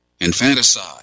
infanticide